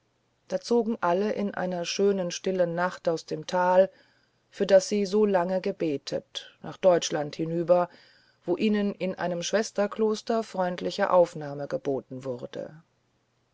da zogen alle in einer schönen stillen nacht aus dem tal für das sie so lange gebetet nach deutschland hinüber wo ihnen in einem schwesterkloster freundliche aufnahme angeboten worden